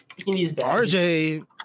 RJ